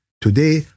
Today